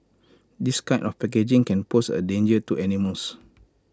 this kind of packaging can pose A danger to animals